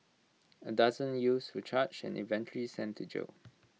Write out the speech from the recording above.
A dozen youth were charged and eventually sent to jail